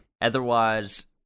Otherwise